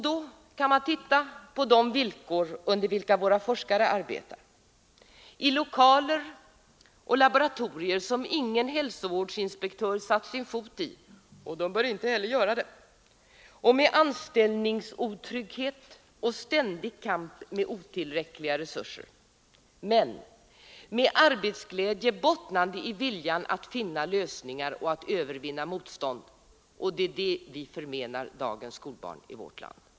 Då kan vi titta på de villkor under vilka våra forskare arbetar: i lokaler och laboratorier som ingen hälsovårdsinspektör satt sin fot i — och han bör inte heller göra det —, med anställningsotrygghet och ständig kamp med otillräckliga resurser, men med arbetsglädje, bottnande i viljan att finna lösningar och att övervinna motstånd. Det är det vi förmenar dagens skolbarn i vårt land.